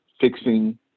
fixing